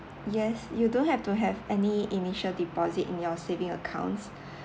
yes you don't have to have any initial deposit in your saving accounts